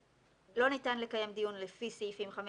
(ב) לא ניתן לקיים דיון לפי סעיפים 5,